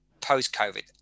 post-COVID